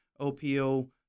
OPO